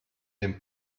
dem